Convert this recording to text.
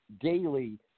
daily